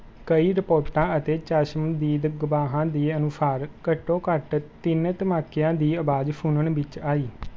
ਕਈ ਰਿਪੋਰਟਾਂ ਅਤੇ ਚਸ਼ਮਦੀਦ ਗਵਾਹਾਂ ਦੀ ਅਨੁਸਾਰ ਘੱਟੋ ਘੱਟ ਤਿੰਨ ਧਮਾਕਿਆਂ ਦੀ ਆਵਾਜ਼ ਸੁਣਨ ਵਿੱਚ ਆਈ